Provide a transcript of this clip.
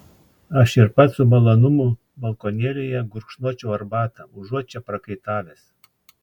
aš ir pats su malonumu balkonėlyje gurkšnočiau arbatą užuot čia prakaitavęs